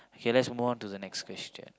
okay let's move on to the next question